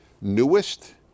newest